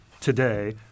today